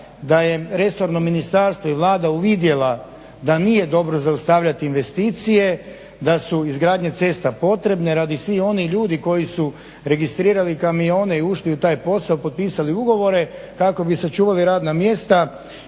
da je resorno ministarstvo i Vlada uvidjela da nije dobro zaustavljati investicije, da su izgradnje cesta potrebne radi svih onih ljudi koji su registrirali kamione i ušli u taj posao, potpisali ugovore kako bi sačuvali radna mjesta.